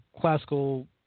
classical